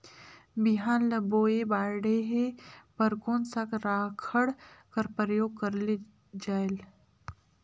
बिहान ल बोये बाढे बर कोन सा राखड कर प्रयोग करले जायेल?